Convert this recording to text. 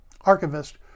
archivist